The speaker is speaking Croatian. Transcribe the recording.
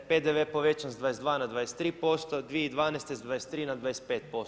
PDV je povećan sa 22 na 23%, 2012. s 23 na 25%